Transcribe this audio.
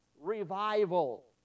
revival